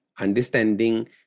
understanding